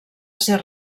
ser